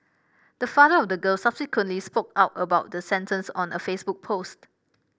the father of the girl subsequently spoke out about the sentence in a Facebook post